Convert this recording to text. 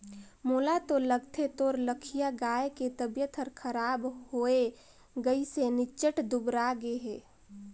मोला तो लगथे तोर लखिया गाय के तबियत हर खराब होये गइसे निच्च्ट दुबरागे हे